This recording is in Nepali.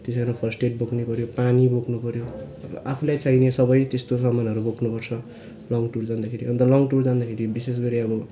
त्यसैले फस्टेड बोक्नै पऱ्यो पानी बोक्नु पऱ्यो आफूलाई चाहिने सबै त्यस्तो सामानहरू बोक्नुपर्छ लङ टुर जाँदाखेरि अन्त लङ टुर जाँदाखेरि विशेषगरी अब